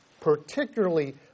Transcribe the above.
particularly